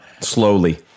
slowly